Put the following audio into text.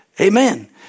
Amen